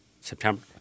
September